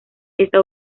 está